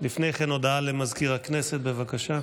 לפני כן, הודעה למזכיר הכנסת, בבקשה.